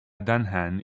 dunham